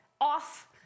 off